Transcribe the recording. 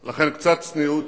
לכן, קצת צניעות